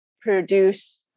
produce